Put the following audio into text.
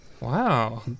Wow